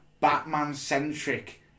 Batman-centric